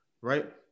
Right